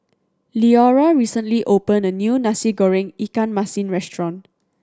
Leora recently opened a new Nasi Goreng ikan masin restaurant